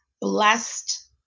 blessed